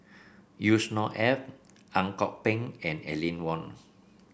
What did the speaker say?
Yusnor Ef Ang Kok Peng and Aline Wong